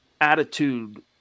attitude